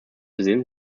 within